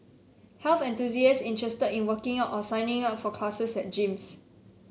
health enthusiasts interested in working out or signing up for classes at gyms